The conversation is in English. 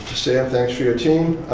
sam, thanks for your team.